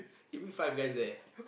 give you five guys there